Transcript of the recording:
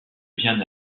bien